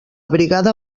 brigada